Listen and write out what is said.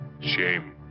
Shame